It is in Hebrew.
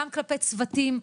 גם כלפי צוותים.